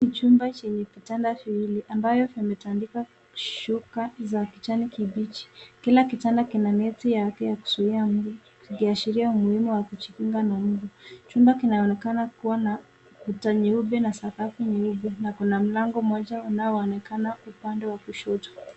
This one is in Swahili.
Ni chumba chenye vitanda viwili ambavyo vimetandikwa shuka za kijani kibichi. Kila kitanda kina neti yake ya kuzuia mbu kikiashiria umuhimu wa kujizuia na mbu. Chumba kinaonekana kuwa na ukuta nyeupe na sakafu nyeupe na kuna mlango mmoja unaoonekana upande wa kushoto .